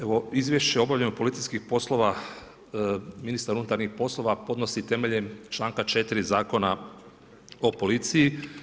Evo izvješće o obavljanju policijskih poslova ministar unutarnjih poslova podnosi temeljem članka 4. Zakona o policiji.